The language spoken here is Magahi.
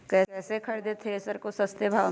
कैसे खरीदे थ्रेसर को सस्ते भाव में?